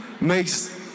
makes